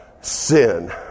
sin